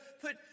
put